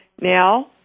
Now